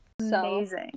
Amazing